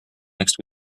next